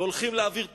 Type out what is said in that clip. והולכים להעביר תקציב,